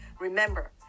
Remember